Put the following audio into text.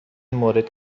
مورد